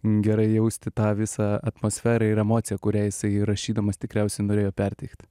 gerai jausti tą visą atmosferą ir emociją kurią jisai įrašydamas tikriausiai norėjo perteikti